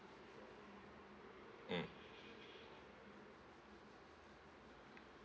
mm